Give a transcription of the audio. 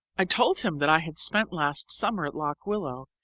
i told him that i had spent last summer at lock willow,